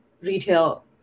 retail